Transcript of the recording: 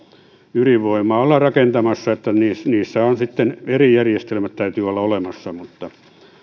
ydinvoimaa ollaan rakentamassa niin että niissä niissä täytyy sitten eri järjestelmät olla olemassa ja